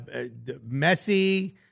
Messi